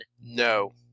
No